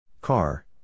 Car